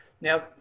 now